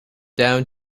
down